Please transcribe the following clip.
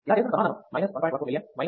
ఇలా చేసినప్పుడు సమాధానం 1